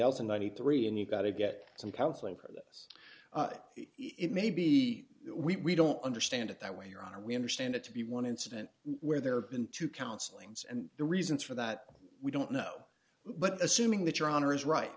else in ninety three and you got to get some counseling for this it may be we don't understand it that way your honor we understand it to be one incident where there have been two counseling and the reasons for that we don't know but